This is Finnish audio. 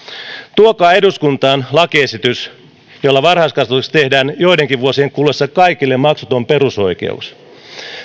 tuokaa eduskuntaan lakiesitys jolla varhaiskasvatuksesta tehdään joidenkin vuosien kuluessa kaikille maksuton perusoikeus